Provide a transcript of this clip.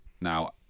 now